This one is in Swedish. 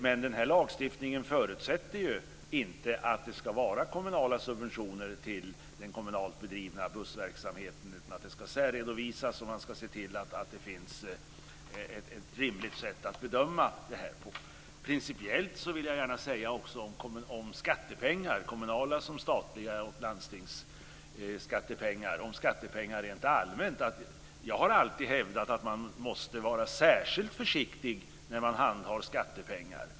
Men lagstiftningen förutsätter inte att det ska vara kommunala subventioner till den kommunalt bedrivna bussverksamheten. Den ska särredovisas, och det ska finnas ett rimligt sätt att bedöma denna. Principiellt vill jag säga om skattepengar - kommunala, landstingskommunala och statliga - att jag alltid har hävdat att man måste vara särskilt försiktig med skattepengar.